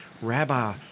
Rabbi